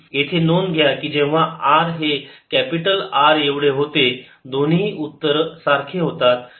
येथे नोंद घ्या की r जेव्हा कॅपिटल R एवढे होते दोन्ही उत्तर सारखे होतात